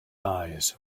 eyes